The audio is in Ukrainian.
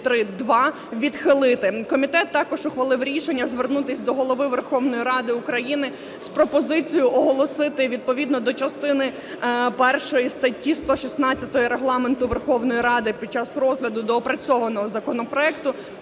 Комітет також ухвалив рішення звернутися до Голови Верховної Ради України з пропозицією оголосити відповідно до частини першої статті 116 Регламенту Верховної Ради під час розгляду доопрацьованого законопроекту